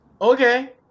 okay